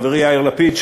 חברי יאיר לפיד,